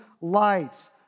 lights